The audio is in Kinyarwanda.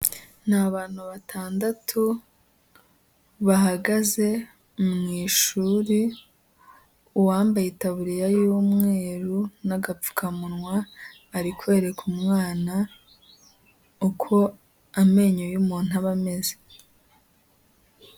Ni abantu batandatu bahagaze mu ishuri, uwambaye itaburiya y'umweru n'agapfukamunwa, ari kwereka umwana uko amenyo y'umuntu aba ameze.